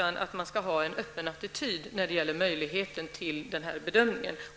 Man bör i stället ha en öppen attityd vad gäller möjligheten till denna bedömning.